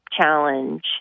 challenge